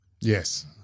Yes